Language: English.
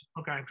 Okay